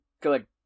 good